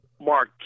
Mark